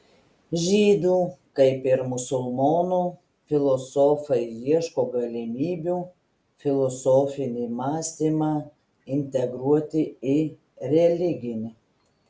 žydų kaip ir musulmonų filosofai ieško galimybių filosofinį mąstymą integruoti į religinį